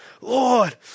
Lord